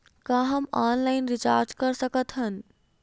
का हम online recharge कर सकत हन?